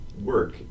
work